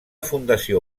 fundació